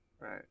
right